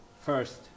first